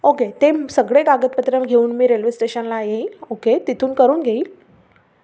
okay ते सगळे कागदपत्र घेऊन मी रेल्वे स्टेशनला येईल ओके तिथून करून घेईल